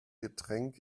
getränk